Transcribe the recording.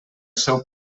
seu